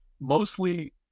mostly